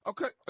Okay